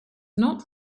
not